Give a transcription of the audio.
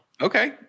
Okay